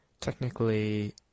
technically